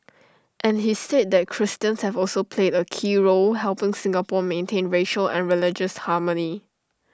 and he said that Christians have also played A key role helping Singapore maintain racial and religious harmony